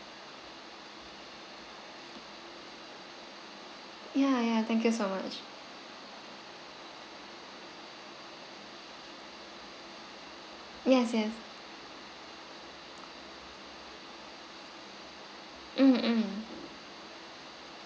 ya ya thank you so much yes yes mm mm